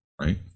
Right